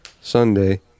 Sunday